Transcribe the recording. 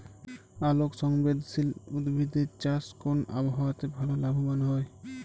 আলোক সংবেদশীল উদ্ভিদ এর চাষ কোন আবহাওয়াতে ভাল লাভবান হয়?